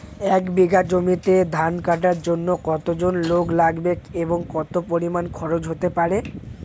এক বিঘা জমিতে ধান কাটার জন্য কতজন লোক লাগবে এবং কত পরিমান খরচ হতে পারে?